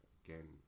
again